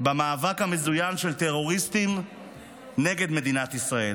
במאבק המזוין של טרוריסטים נגד מדינת ישראל.